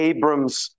Abram's